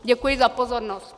Děkuji za pozornost.